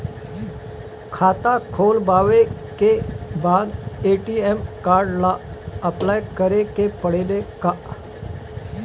खाता खोलबाबे के बाद ए.टी.एम कार्ड ला अपलाई करे के पड़ेले का?